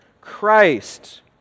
Christ